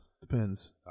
Depends